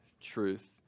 truth